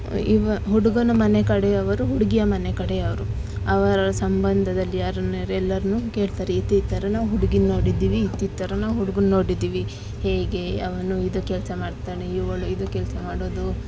ಇವ ಹುಡುಗನ ಮನೆ ಕಡೆಯವರು ಹುಡುಗಿಯ ಮನೆ ಕಡೆಯವರು ಅವರ ಸಂಬಂಧದಲ್ಲಿ ಯಾರ್ನ್ನಾರು ಎಲ್ಲಾರನು ಕೇಳ್ತಾರೆ ಇತ್ತಿತ್ತರ ನಾವು ಹುಡುಗಿನ ನೋಡಿದ್ದೀವಿ ಇತ್ತಿತ್ತರ ನಾವು ಹುಡುಗನ್ನ ನೋಡಿದ್ದೀವಿ ಹೇಗೆ ಅವನು ಇದು ಕೆಲಸ ಮಾಡ್ತಾನೆ ಇವಳು ಇದು ಕೆಲಸ ಮಾಡೋದು